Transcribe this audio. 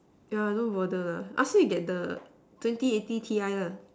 yeah don't bother lah ask him to get the twenty eighty T I lah